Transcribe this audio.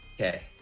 Okay